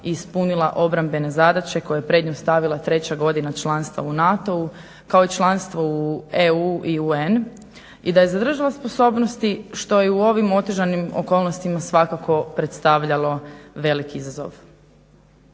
i ispunila obrambene zadaće koje je pred nju stavila treća godina članstva u NATO-u, kao i članstvo u EU i UN. I da je zadržala sposobnosti što je i u ovom otežanim okolnostima svakako predstavljalo velik izazov.